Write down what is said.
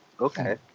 okay